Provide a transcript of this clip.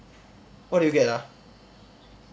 what did you get ah